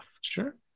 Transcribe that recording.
Sure